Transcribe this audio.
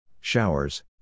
showers